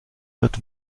wird